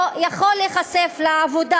לא יכול להיחשף לעבודה